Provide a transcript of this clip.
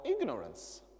ignorance